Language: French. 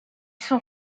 sont